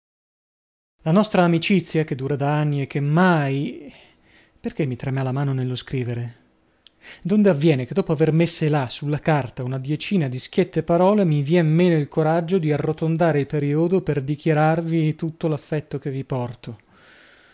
la nostra amicizia che dura da anni e che mai perchè mi trema la mano nello scrivere donde avviene che dopo aver messe là sulla carta una diecina di schiette parole mi vien meno il coraggio di arrotondare il periodo per dichiararvi tutto l'affetto che vi porto